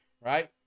right